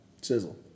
Sizzle